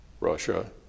Russia